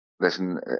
listen